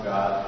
God